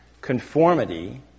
conformity